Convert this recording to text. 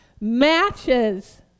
matches